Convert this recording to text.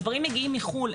הדברים מגיעים מחו"ל,